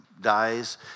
dies